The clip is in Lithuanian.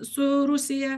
su rusija